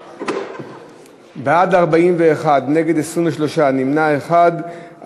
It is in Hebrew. בעד, 41, נגד 23, נמנע אחד.